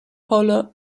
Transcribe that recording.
polo